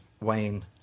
Wayne